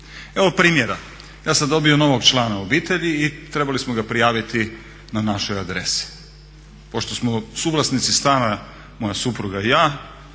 Evo primjera, ja sam dobio novog člana obitelji i trebali smo ga prijaviti na našoj adresi. Pošto smo suvlasnici stana moja supruga i ja,